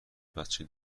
بچه